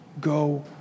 go